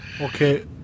Okay